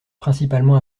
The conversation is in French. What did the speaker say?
principalement